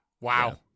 Wow